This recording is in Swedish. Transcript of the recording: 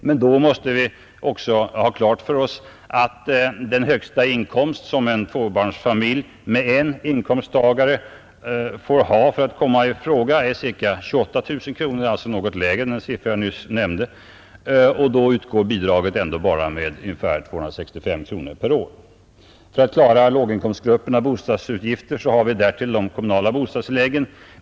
Men då måste vi ha klart för oss att den högsta inkomst en tvåbarnsfamilj med en inkomsttagare får ha för att komma i fråga är ca 28 000 kronor, och då utgår bidraget ändå bara med ungefär 265 kronor per år. För att klara låginkomstgruppernas bostadsutgifter har vi därtill de kommunala bostadstilläggen.